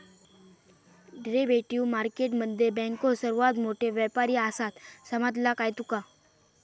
Derivative market मध्ये बँको सर्वात मोठे व्यापारी आसात, समजला काय तुका?